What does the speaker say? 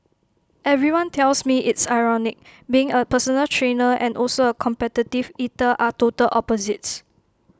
everyone tells me it's ironic being A personal trainer and also A competitive eater are total opposites